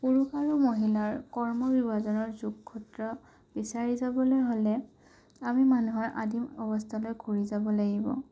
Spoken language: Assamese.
পুৰুষ আৰু মহিলাৰ কৰ্মবিভাজনৰ যোগসূত্ৰ বিচাৰি যাবলৈ হ'লে আমি মানুহৰ আদিম অৱস্থালৈ ঘূৰি যাব লাগিব